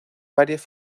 varias